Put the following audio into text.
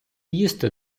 їсти